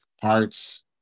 Parts